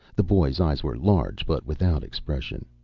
the boy's eyes were large, but without expression.